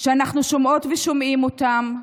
שאנחנו שומעות ושומעים אותם.